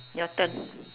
your turn